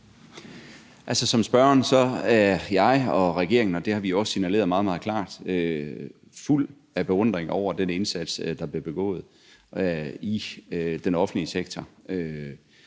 som spørgeren er jeg og regeringen – og det har vi også signaleret meget, meget klart – fuld af beundring over den indsats, der er blevet ydet i den offentlige sektor.